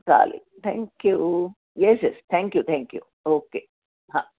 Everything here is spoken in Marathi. चालेल thank you yes yes thank you thank you okay हां